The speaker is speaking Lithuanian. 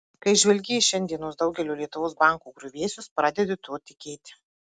kai žvelgi į šiandienos daugelio lietuvos bankų griuvėsius pradedi tuo tikėti